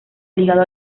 ligado